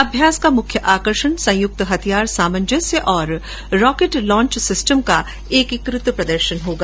अभ्यास का मुख्य आकर्षण संयुक्त हथियार सामन्जस्य और रॉकेट लॉन्च सिस्टम का एकीकृत प्रदर्शन होगा